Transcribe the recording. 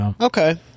Okay